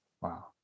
Wow